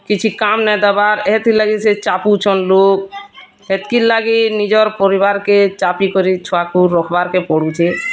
କିଛି କାମ୍ ନାଇ ଦେବାର୍ ଏଥିର୍ଲାଗି ସେ ଚାପୁଛନ୍ ଲୋକ୍ ହେତିକ୍ଲାଗି ନିଜର୍ ପରିବାରକେ ଚାପିକରି ଛୁଆଙ୍କୁ ରଖ୍ବାର୍ କେ ପଡ଼ୁଚେ